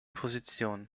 position